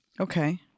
Okay